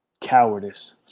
Cowardice